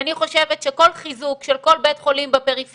אני חושבת שכל חיזוק של כל בית חולים בפריפריה,